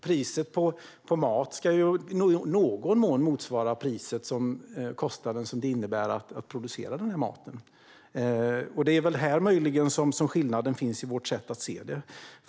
Priset på mat ska ju i någon mån motsvara kostnaden det innebär att producera maten. Det är möjligen här skillnaden finns i vårt sätt att se det.